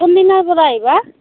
কোনদিনাৰ পৰা আহিবা